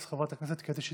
אז חברת הכנסת קטי שטרית.